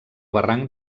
barranc